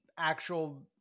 actual